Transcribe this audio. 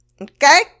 okay